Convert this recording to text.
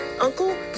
uncle